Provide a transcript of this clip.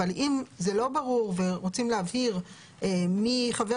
אבל אם זה לא ברור ורוצים להבהיר מי חבר